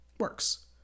works